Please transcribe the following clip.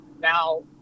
Now